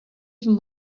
even